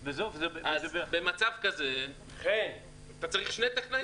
במצב כזה אתה צריך שני טכנאים